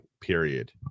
period